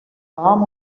palm